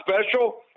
special